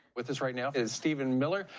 with us right now is stephen miller,